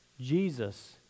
Jesus